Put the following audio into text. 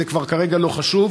כרגע זה כבר לא חשוב,